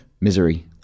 Misery